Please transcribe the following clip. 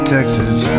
Texas